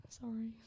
Sorry